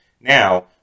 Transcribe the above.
Now